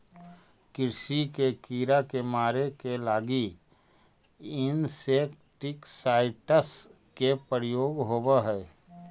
कृषि के कीड़ा के मारे के लगी इंसेक्टिसाइट्स् के प्रयोग होवऽ हई